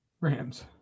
Rams